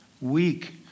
weak